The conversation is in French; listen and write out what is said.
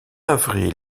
avril